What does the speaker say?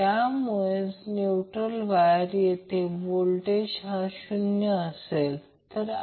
तर line voltage म्हणजे √3 phase voltage angle 30°